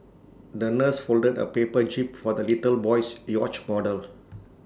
the nurse folded A paper jib for the little boy's yacht model